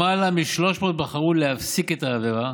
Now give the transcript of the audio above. למעלה מ-300 בחרו להפסיק את העבירה